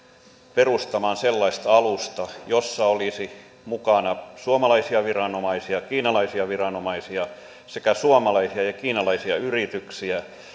perustamaan sellaista alustaa jossa olisi mukana suomalaisia viranomaisia kiinalaisia viranomaisia sekä suomalaisia ja kiinalaisia yrityksiä ja